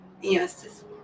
Yes